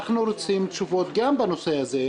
אנחנו רוצים תשובות גם בנושא הזה.